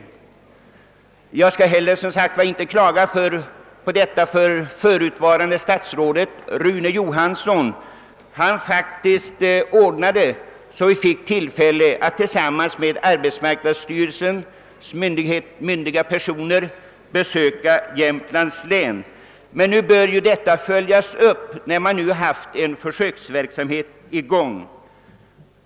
Jag skall som sagt inte klaga på situationen i detta avseende, ty förutvarande statsrådet Rune Johansson hann faktiskt ordna det så att vi fick tillfälle att tillsammans med arbetsmarknadsstyrelsens myndiga representanter besöka Jämtlands län. När man nu har haft en försöksverksamhet på gång bör den också följas upp.